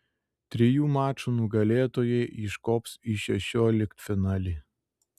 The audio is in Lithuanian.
trijų mačų nugalėtojai iškops į šešioliktfinalį